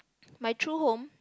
my true home